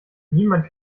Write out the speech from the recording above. niemand